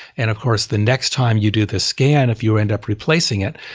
and of course, the next time you do the scan, if you end up replacing it,